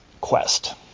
quest